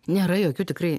nėra jokių tikrai